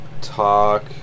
talk